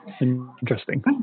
Interesting